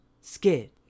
Skid